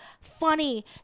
funny